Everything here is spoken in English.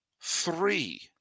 Three